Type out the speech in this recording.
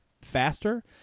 faster